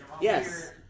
Yes